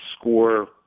score